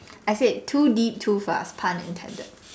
I said too deep too fast pun intended